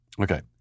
Okay